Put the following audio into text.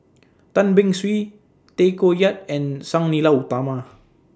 Tan Beng Swee Tay Koh Yat and Sang Nila Utama